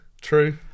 True